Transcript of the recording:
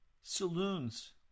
saloons